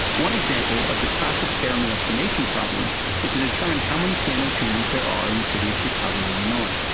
one example of the classic fermi estimation problems is to determine how many piano tuners there are in the city of chicago, illinois.